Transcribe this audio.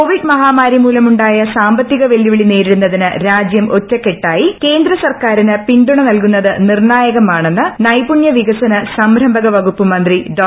Covid മഹാമാരി മൂലമുണ്ടായ സാമ്പത്തിക വെല്ലുവിളി നേരിടുന്നതിന് രാജ്യം ഒറ്റക്കെട്ടായി കേന്ദ്രസർക്കാരിന് പിന്തുണ നൽകുന്നത് നിർണ്ണായകമാണെന്ന് നൈപുണ്യ വികസന സംരംഭക വകുപ്പുമന്ത്രി ഡോ